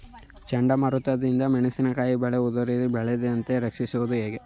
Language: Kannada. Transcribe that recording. ಚಂಡಮಾರುತ ದಿಂದ ಮೆಣಸಿನಕಾಯಿ ಬೆಳೆ ಉದುರಿ ಬೀಳದಂತೆ ರಕ್ಷಿಸುವುದು ಹೇಗೆ?